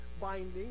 binding